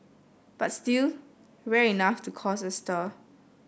but still rare enough to cause a stir